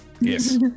Yes